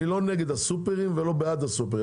אני לא נגד הסופרים ולא בעד הסופרים.